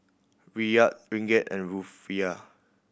Riyal Ringgit and Rufiyaa